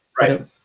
Right